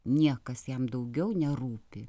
niekas jam daugiau nerūpi